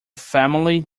family